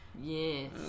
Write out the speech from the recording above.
Yes